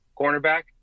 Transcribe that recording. cornerback